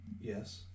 yes